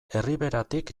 erriberatik